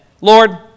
Lord